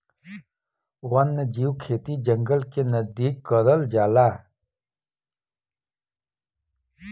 वन्यजीव खेती जंगल के नजदीक करल जाला